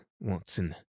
Watson